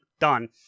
done